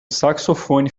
saxofone